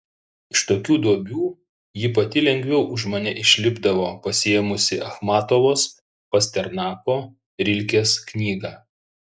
iš tokių duobių ji pati lengviau už mane išlipdavo pasiėmusi achmatovos pasternako rilkės knygą